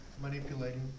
Manipulating